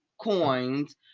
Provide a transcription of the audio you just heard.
coins